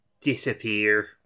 disappear